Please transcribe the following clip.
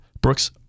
Brooks